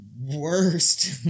worst